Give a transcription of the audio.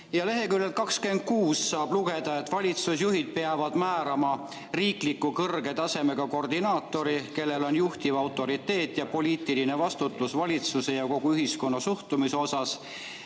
Leheküljelt 26 saab lugeda, et valitsusjuhid peavad määrama riikliku kõrge tasemega koordinaatori, kes on autoriteet ja kellel on poliitiline vastutus valitsuse ja kogu ühiskonna suhtumise